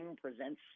presents